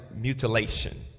mutilation